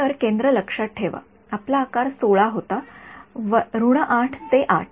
तर केंद्र लक्षात ठेवा आपला आकार १६ होता ८ ते ८